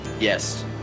Yes